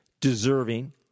deserving